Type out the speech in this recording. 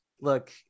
Look